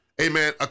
amen